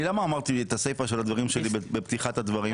אמרתי את הסיפא של הדברים שלי בפתיחת הדברים.